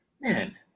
man